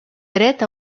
dret